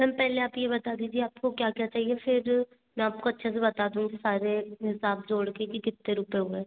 ma'am पहले आप ये बता दीजिए आपको क्या क्या चाहिए फिर मैं आपको अच्छे से बता दूँगी सारे हिसाब जोड़ के कि कितने रुपए हुए